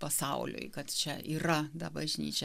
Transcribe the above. pasauliui kad čia yra ta bažnyčia